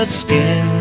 skin